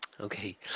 Okay